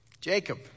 Jacob